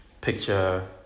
picture